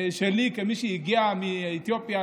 שלי כמי שהגיע מאתיופיה,